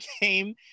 game